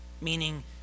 Meaning